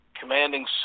commanding